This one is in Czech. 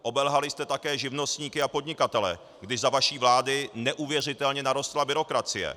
Obelhali jste také živnostníky a podnikatele, kdy za vaší vlády neuvěřitelně narostla byrokracie.